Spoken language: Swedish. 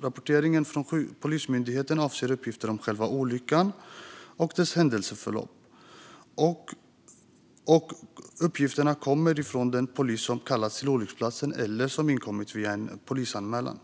Rapporteringen från Polismyndigheten avser uppgifter om själva olyckan och dess händelseförlopp. Uppgifterna kommer från den polis som kallats till olycksplatsen eller genom information som inkommit via en polisanmälan.